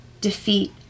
defeat